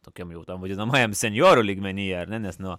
tokiam jau tam vadinamajam senjorų lygmenyje ar ne nes nuo